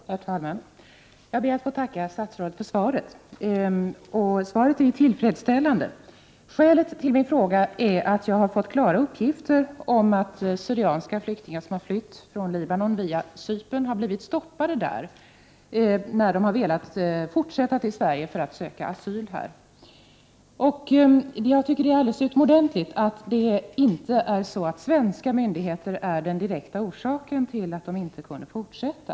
Herr talman! Jag ber att få tacka statsrådet för svaret, som ju är tillfredsställande. Skälet till min fråga är att jag har fått klara uppgifter om att syriska flyktingar som har flytt från Libanon via Cypern har blivit stoppade där när de har velat fortsätta för att söka asyl här i Sverige. Jag tycker att det är alldeles utomordentligt att svenska myndigheter inte är den direkta orsaken till att de inte har kunnat fortsätta.